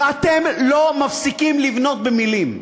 ואתם לא מפסיקים לבנות במילים.